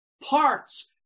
parts